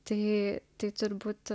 tai tai turbūt